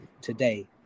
today